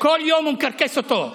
כל יום הוא מקרקס אותו.